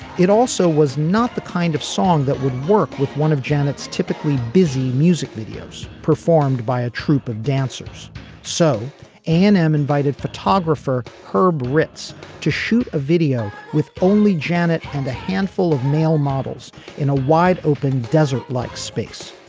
it also was not the kind of song that would work with one of janet's typically busy music videos performed by a troupe of dancers so an am invited photographer herb ritz to shoot a video with only janet and a handful of male models in a wide open desert like space.